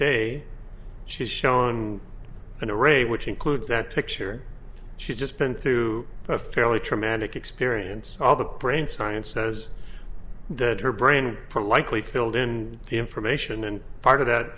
day she's shown in a rate which includes that picture she's just been through a fairly traumatic experience of the brain science says that her brain likely filled and the information and part of that